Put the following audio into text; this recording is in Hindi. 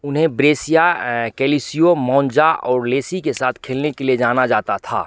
उन्हें ब्रेशिया कैल्सियो मोंज़ा और लेसी के साथ खेलने के लिए जाना जाता था